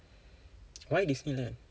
why disneyland